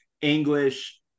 english